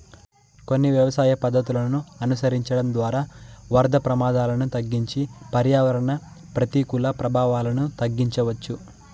కొన్ని వ్యవసాయ పద్ధతులను అనుసరించడం ద్వారా వరద ప్రమాదాలను తగ్గించి పర్యావరణ ప్రతికూల ప్రభావాలను తగ్గించవచ్చు